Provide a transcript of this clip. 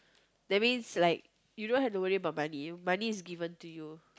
that means like you don't have to worry about money money is given to you